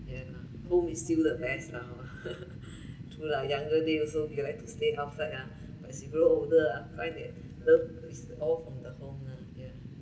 ya lah home is still the best lah hor true lah younger day also we like to stay outside ah but as you grow older ah find it love is all from the home lah ya